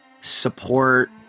support